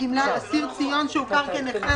אסיר ציון שהוכר כנכה,